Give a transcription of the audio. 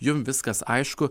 jums viskas aišku